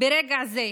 ברגע זה,